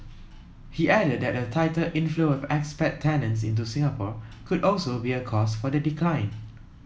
he added that a tighter inflow of expat tenants into Singapore could also be a cause for the decline